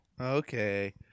Okay